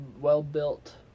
well-built